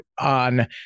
on